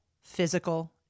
physical